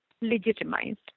legitimized